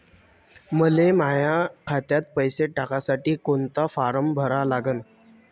मले माह्या खात्यात पैसे टाकासाठी कोंता फारम भरा लागन?